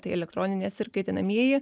tai elektroninės ir kaitinamieji